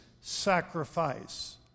sacrifice